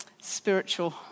spiritual